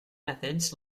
methods